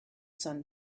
sun